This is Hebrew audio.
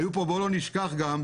בוא לא נשכח גם,